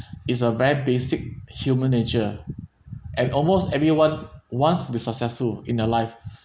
is a very basic human nature and almost everyone wants be successful in their life